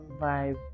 vibe